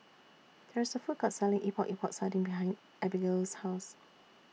There IS A Food Court Selling Epok Epok Sardin behind Abigale's House